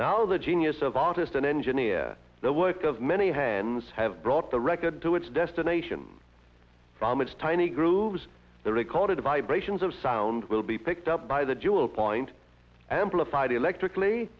the genius of artist and engineer the work of many hands have brought the record to its destination from its tiny grooves the recorded vibrations of sound will be picked up by the jewel point amplified electric